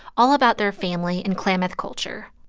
all about their family and klamath culture.